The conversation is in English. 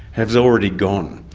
has already gone.